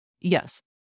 Yes